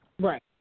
Right